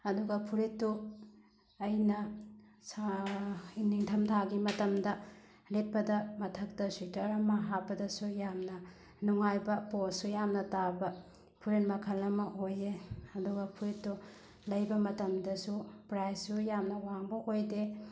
ꯑꯗꯨꯒ ꯐꯨꯔꯤꯠꯇꯨ ꯑꯩꯅ ꯅꯤꯡꯊꯝ ꯊꯥꯒꯤ ꯃꯇꯝꯗ ꯂꯤꯠꯄꯗ ꯃꯊꯛꯇ ꯁꯨꯋꯤꯇꯔ ꯑꯃ ꯍꯥꯞꯄꯗꯁꯨ ꯌꯥꯝꯅ ꯅꯨꯡꯉꯥꯏꯕ ꯄꯣꯁꯁꯨ ꯌꯥꯝꯅ ꯇꯥꯕ ꯐꯨꯔꯤꯠ ꯃꯈꯜ ꯑꯃ ꯑꯣꯏꯌꯦ ꯑꯗꯨꯒ ꯐꯨꯔꯤꯠꯇꯨ ꯂꯩꯕ ꯃꯇꯝꯗꯁꯨ ꯄ꯭ꯔꯥꯏꯖꯁꯨ ꯌꯥꯝꯅ ꯋꯥꯡꯕ ꯑꯣꯏꯗꯦ